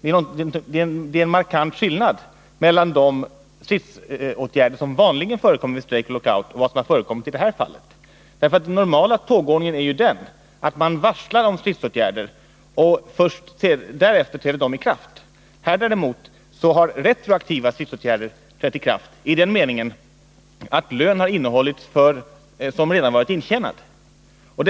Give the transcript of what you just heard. väl ändå en markant skillnad mellan de stridsåtgärder som vanligen förekommer vid strejk och lockout och vad som förekommit i det här fallet — därför att den normala tågordningen är ju den, att man först varslar om stridsåtgärder och att dessa först därefter träder i kraft. Här har däremot retroaktiva stridsåtgärder trätt i kraft, i den meningen att lön som redan varit intjänad har innehållits.